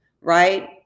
right